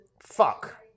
Fuck